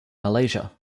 malaysia